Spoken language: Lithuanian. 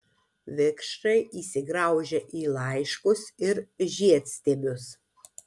vikšrai įsigraužia į laiškus ir žiedstiebius